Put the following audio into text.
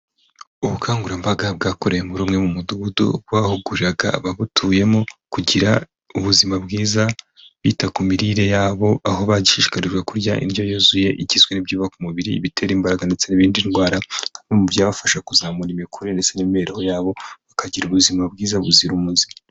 Ubukangurambaga bwakorewe muri umwe mu mudugudu, bahuguraga abawutuyemo kugira ubuzima bwiza, bita ku mirire yabo, aho bashishikarijwe kurya indyo yuzuye igizwe n'ibyubaka umubiri, ibitera imbaraga ndetse n'ibirinda indwara no mu byabafasha kuzamura imikurire ndetse n'imibereho yabo, bakagira ubuzima bwiza buzira umuze.